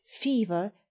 fever